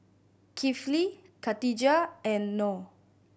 Kifli Khadija and Noh